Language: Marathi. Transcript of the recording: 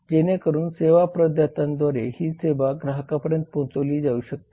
जेणेकरून सेवा प्रदात्यांद्वारे ही सेवा ग्राहकांपर्यंत पोचविली जाऊ शकते